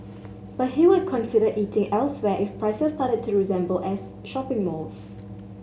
but he would consider eating elsewhere if prices started to resemble as shopping malls